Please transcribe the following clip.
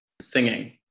singing